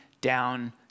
down